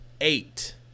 eight